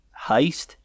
heist